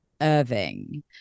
Irving